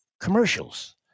commercials